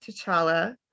T'Challa